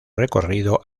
recorrido